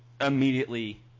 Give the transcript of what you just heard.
immediately